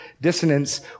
dissonance